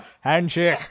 handshake